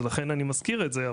ולכן אני מזכיר את זה,